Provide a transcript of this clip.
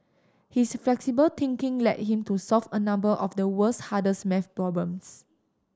his flexible thinking led him to solve a number of the world's hardest maths problems